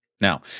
Now